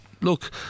look